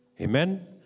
Amen